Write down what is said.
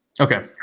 Okay